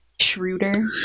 shrewder